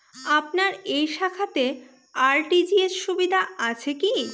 আপনার এই শাখাতে আর.টি.জি.এস সুবিধা আছে কি?